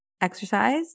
exercise